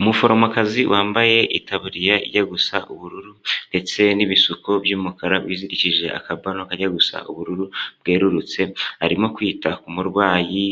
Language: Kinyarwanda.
Umuforomokazi wambaye itaburiya ijya gusa ubururu ndetse n'ibisuko by'umukara wizirikije akabano kajya gusa ubururu bwerurutse arimo kwita murwayi